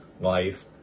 life